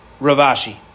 Ravashi